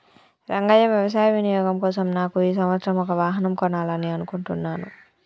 రంగయ్య వ్యవసాయ వినియోగం కోసం నాకు ఈ సంవత్సరం ఒక వాహనం కొనాలని అనుకుంటున్నాను